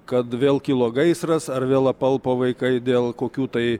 kad vėl kilo gaisras ar vėl apalpo vaikai dėl kokių tai